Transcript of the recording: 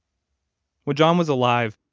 when john was alive,